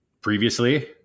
Previously